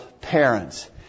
parents